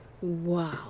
Wow